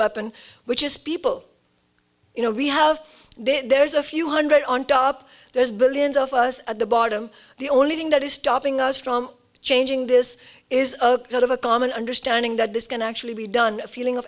weapon which is people you know we have there's a few hundred on top there's billions of us at the bottom the only thing that is stopping us from changing this is sort of a common understanding that this can actually be done feeling of